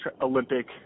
Olympic